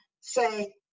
say